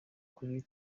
kuri